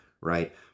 right